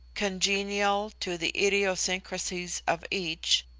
congenial to the idiosyncrasies of each,